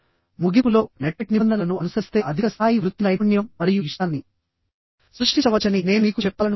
ముగింపులో నెట్క్వెట్ నిబంధనలను అనుసరిస్తే అధిక స్థాయి వృత్తి నైపుణ్యం మరియు ఇష్టాన్ని సృష్టించవచ్చని నేను మీకు చెప్పాలనుకుంటున్నాను